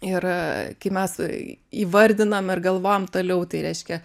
ir kai mes įvardinam ir galvojam toliau tai reiškia